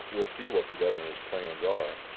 we'll see what the governor's plans are,